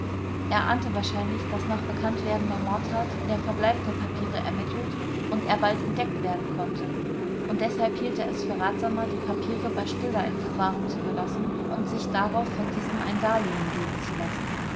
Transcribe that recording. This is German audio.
er ahnte wahrscheinlich daß nach bekanntwerden der mordtat der verbleib der papiere ermittelt und er bald entdeckt werden konnte und deshalb hielt er es für ratsamer die papiere bei stiller in verwahrung zu belassen und sich darauf von diesem ein darlehn geben zu lassen